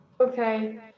Okay